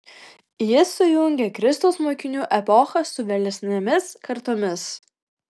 jis sujungė kristaus mokinių epochą su vėlesnėmis kartomis